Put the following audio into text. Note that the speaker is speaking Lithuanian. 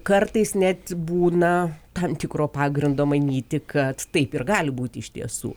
kartais net būna tam tikro pagrindo manyti kad taip ir gali būti iš tiesų